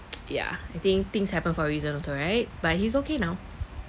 ya I think things happen for a reason also right but he's okay now